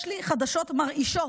יש לי חדשות מרעישות: